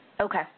Okay